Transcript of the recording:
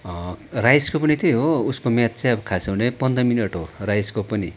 राइसको पनि त्यही हो उसको मिहिनेत चाहिँ खासमा चाहिँ पन्ध्र मिनट हो राइसको पनि